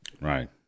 Right